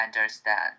understand